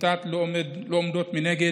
עמותת לא עומדות מנגד,